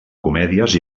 comèdies